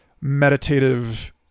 meditative